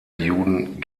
juden